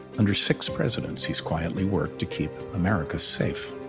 under six presidents he's quietly worked to keep america safe.